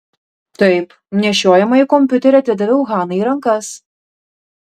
taip nešiojamąjį kompiuterį atidaviau hanai į rankas